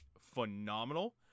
phenomenal